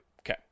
Okay